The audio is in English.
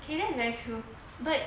K that's very true but